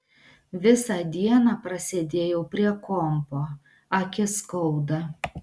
visą dieną prasėdėjau prie kompo akis skauda